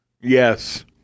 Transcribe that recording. Yes